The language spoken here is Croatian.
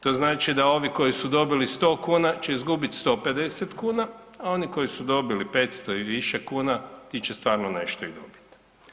To znači da ovi koji su dobili 100 kuna će izgubit 150 kuna, a oni koji su dobili 500 i više kuna ti će stvarno nešto i dobiti.